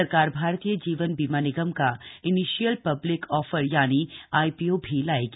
सरकार भारतीय जीवन बीमा निगम का initial public offer IPO भी लाएगी